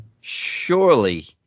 Surely